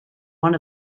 one